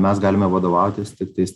mes galime vadovautis tiktais